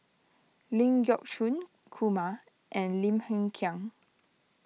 Ling Geok Choon Kumar and Lim Hng Kiang